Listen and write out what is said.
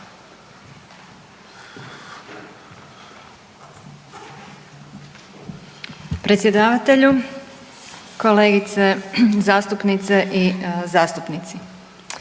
Predsjedavatelju, kolegice zastupnice i zastupnici.